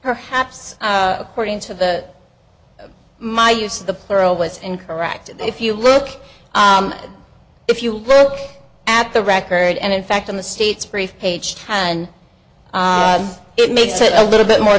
perhaps according to the my use the plural was incorrect if you look if you look at the record and in fact in the state's brief page honorable it makes it a little bit more